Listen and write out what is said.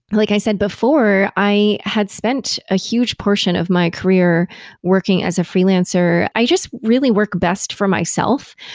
like i said before, i had spent a huge portion of my career working as a freelancer. i just really work best for myself.